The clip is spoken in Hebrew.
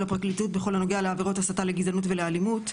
הפרקליטות בכל הנוגע לעבירות הסתה לגזענות ולאלימות,